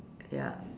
ya